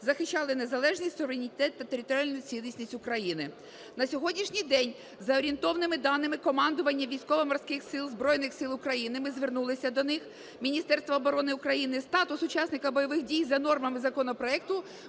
захищали незалежність, суверенітет та територіальну цілісність України. На сьогоднішній день, за орієнтовними даними командування Військово-морських сил Збройних Сил України, ми звернулися до них, Міністерства оборони України статус учасника бойових дій за нормами законопроекту